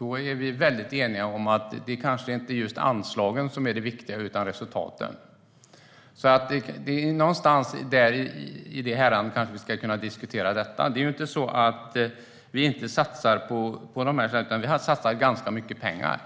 är vi väldigt eniga om att det inte är anslagen som är det viktiga utan resultaten. Någonstans i det häradet kanske vi kan diskutera detta. Det är inte så att vi inte satsar på detta, utan vi satsar ganska mycket pengar.